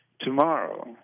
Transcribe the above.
Tomorrow